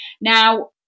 now